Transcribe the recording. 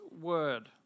word